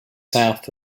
south